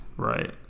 right